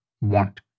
want